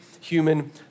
Human